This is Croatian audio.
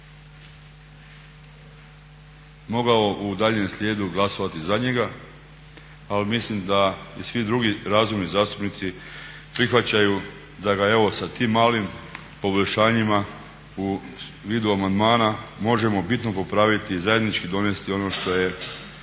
mogao u daljnjem slijedu glasovati za njega. Ali mislim da i svi drugi razumni zastupnici prihvaćaju da ga evo sa tim malim poboljšanjima u vidu amandmana možemo bitno popraviti i zajednički donijeti ono što je stvarno